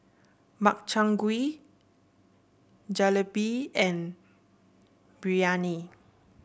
Makchang Gui Jalebi and Biryani